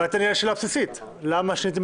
אולי תעני על שאלה בסיסית: למה שיניתם